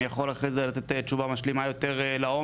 אני יכול אחרי זה לתת תשובה משלימה יותר לעומק,